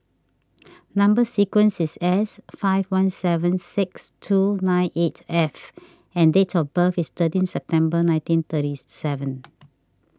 Number Sequence is S five one seven six two nine eight F and date of birth is thirteen September nineteen thirty seven